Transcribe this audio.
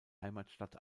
heimatstadt